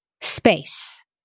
space